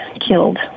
killed